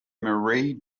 marie